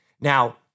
Now